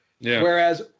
Whereas